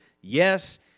Yes